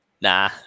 Nah